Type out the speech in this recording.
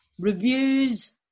reviews